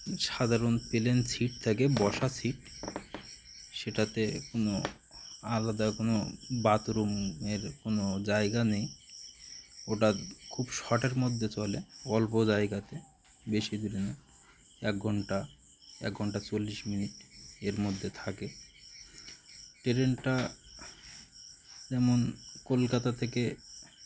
সাধারণ plane seat থাকে বসা সিট সেটাতে কোনও আলাদা কোনো বাথরুমের কোনো জায়গা নেই ওটা খুব শর্টের মধ্যে চলে অল্প জায়গাতে বেশি দূরে না এক ঘন্টা এক ঘন্টা চল্লিশ মিনিট এর মধ্যে থাকে ট্রেনটা যেমন কলকাতা থেকে